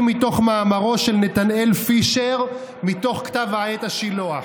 מתוך מאמרו של נתנאל פישר מתוך כתב העת השילוח.